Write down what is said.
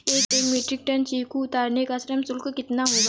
एक metric tonne चीकू उतारने का श्रम शुल्क कितना होगा?